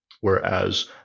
whereas